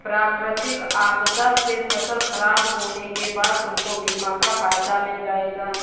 प्राकृतिक आपदा से फसल खराब होने के बाद तुमको बीमा का फायदा मिल जाएगा